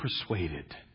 persuaded